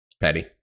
Patty